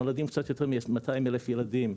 נולדים קצת יותר מ-200 אלף ילדים,